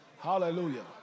Hallelujah